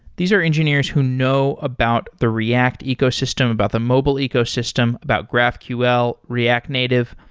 these are engineers who know about the react ecosystem, about the mobile ecosystem, about graphql, react native.